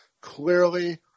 clearly